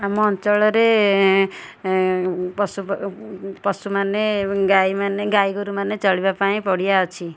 ଆମ ଅଞ୍ଚଳରେ ପଶୁ ପଶୁ ମାନେ ଗାଈ ମାନେ ଗାଈଗୋରୁ ମାନେ ଚଳିବା ପାଇଁ ପଡ଼ିଆ ଅଛି